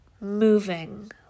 moving